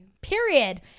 period